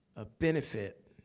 a benefit,